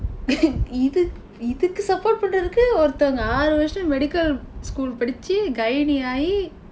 இது இதுக்கு:ithu ithukku support பண்றதுக்கு ஒருதொங்க ஆறு வர்ஷம்:panrathukku oruthongka aaru varsham medical school படிச்சு:padichsu gynae ஆயி:aayi